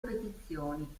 petizioni